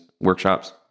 workshops